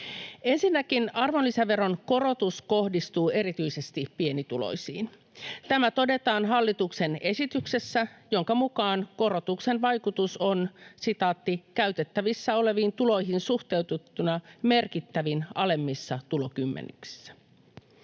Ensinnäkin arvonlisäveron korotus kohdistuu erityisesti pienituloisiin. Tämä todetaan hallituksen esityksessä, jonka mukaan korotuksen vaikutus on ”käytettävissä oleviin tuloihin suhteutettuna merkittävin alemmissa tulokymmenyksissä”.